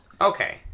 Okay